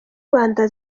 rwanda